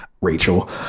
Rachel